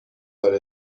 خودرو